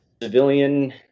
Civilian